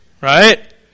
right